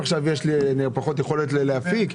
פחות יכולת להפיק.